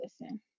listen